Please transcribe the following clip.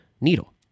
Needle